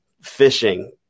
fishing